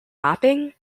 mapping